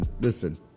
listen